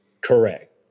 Correct